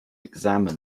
examined